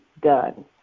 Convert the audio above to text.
done